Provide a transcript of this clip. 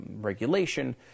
regulation